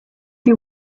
you